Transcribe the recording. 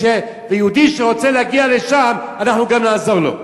ויהודי שרוצה להגיע לשם, אנחנו גם נעזור לו.